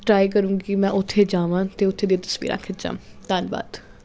try ਕਰਾਂਗੀ ਕਿ ਮੈਂ ਉੱਥੇ ਜਾਵਾਂ ਅਤੇ ਉੱਥੇ ਦੀਆਂ ਤਸਵੀਰਾਂ ਖਿੱਚਾਂ ਧੰਨਵਾਦ